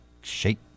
shake